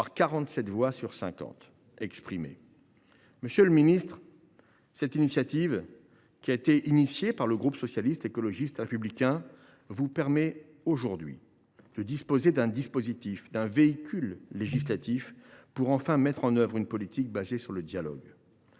par 47 voix sur 50 exprimées.